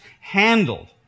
handled